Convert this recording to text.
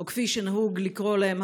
או כפי שנהוג לקרוא להן,